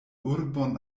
urbon